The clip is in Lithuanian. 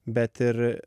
bet ir